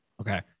Okay